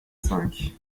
cinq